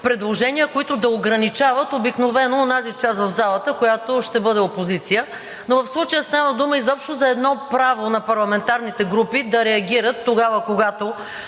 предложения, които да ограничават обикновено онази част в залата, която ще бъде опозиция. Но в случая става дума изобщо за едно право на парламентарните групи да реагират, когато